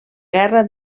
guerra